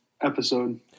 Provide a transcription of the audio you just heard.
episode